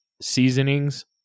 seasonings